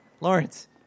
Lawrence